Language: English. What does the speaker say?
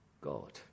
God